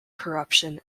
corruption